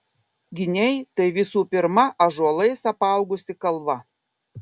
giniai tai visų pirma ąžuolais apaugusi kalva